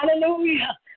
hallelujah